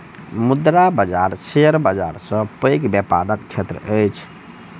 मुद्रा बाजार शेयर बाजार सॅ पैघ व्यापारक क्षेत्र अछि